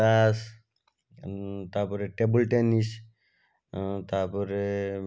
ତାସ୍ ତା'ପରେ table tennis ତା'ପରେ